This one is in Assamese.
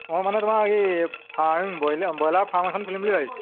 মই মানে তোমাৰ এই ফাৰ্ম ব্ৰইলাৰ ব্ৰইলাৰ ফাৰ্ম এখন খুলিম বুলি ভাবিছোঁ